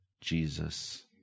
Jesus